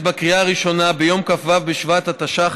בקריאה הראשונה ביום כ"ו בשבט התשע"ח,